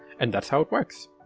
and that's how it works!